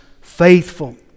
faithful